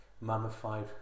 mummified